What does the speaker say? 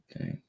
okay